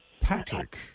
Patrick